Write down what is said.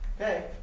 Okay